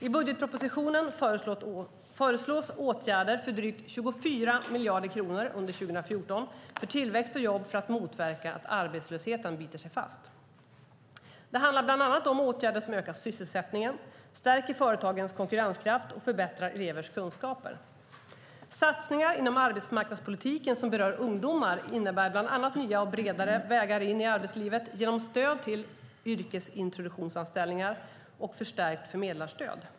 I budgetpropositionen föreslås åtgärder för drygt 24 miljarder kronor under 2014 för tillväxt och jobb för att motverka att arbetslösheten biter sig fast. Det handlar bland annat om åtgärder som ökar sysselsättningen, stärker företagens konkurrenskraft och förbättrar elevers kunskaper. Satsningarna inom arbetsmarknadspolitiken som berör ungdomar innebär bland annat nya och bredare vägar in i arbetslivet genom stöd till yrkesintroduktionsanställningar och förstärkt förmedlarstöd.